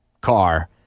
car